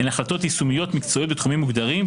הן החלטות יישומיות-מקצועיות בתחומים מוגדרים,